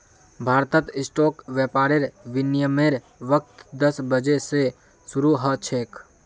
भारतत स्टॉक व्यापारेर विनियमेर वक़्त दस बजे स शरू ह छेक